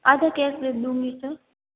आधा कैश दे दूँगी सर